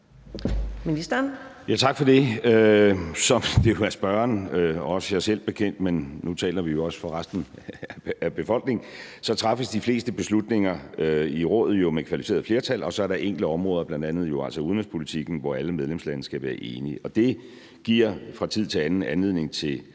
Rasmussen): Tak for det. Som det jo er spørgeren og også mig selv bekendt – men nu taler vi jo også for resten af befolkningen – træffes de fleste beslutninger i Rådet med kvalificeret flertal, og så er der enkelte områder, bl.a. altså udenrigspolitikken, hvor alle medlemslande skal være enige. Og det giver fra tid til anden anledning til